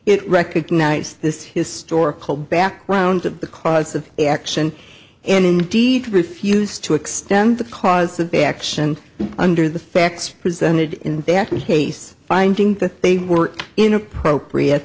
it recognize this historical background of the cause of action and indeed refuse to extend the cause to be action under the facts presented in the act which case finding that they were inappropriate